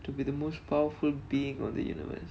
to be the most powerful being on the universe